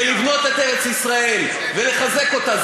זה לבנות את ארץ-ישראל ולחזק אותה.